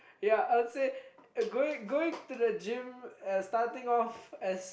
yea I would say going going to the gym and starting off as